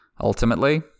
Ultimately